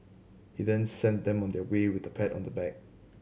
he then sent them on their way with a pat on the back